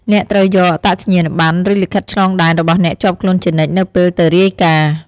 អ្នកត្រូវយក អត្តសញ្ញាណប័ណ្ណ ឬលិខិតឆ្លងដែន របស់អ្នកជាប់ខ្លួនជានិច្ចនៅពេលទៅរាយការណ៍។